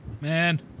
Man